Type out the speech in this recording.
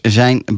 zijn